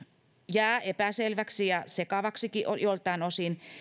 jää epäselväksi ja sekavaksikin joiltain osin